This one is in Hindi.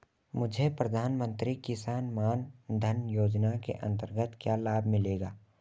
मुझे प्रधानमंत्री किसान मान धन योजना के अंतर्गत क्या लाभ मिलेगा?